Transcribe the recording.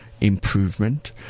improvement